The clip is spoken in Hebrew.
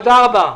תודה רבה.